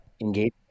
Engage